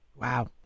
Wow